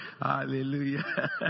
Hallelujah